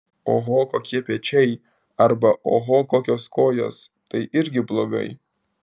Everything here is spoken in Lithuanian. oho kokie pečiai arba oho kokios kojos tai irgi blogai